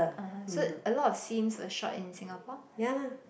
(uh huh) so a lot of scenes were shot in Singapore